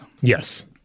yes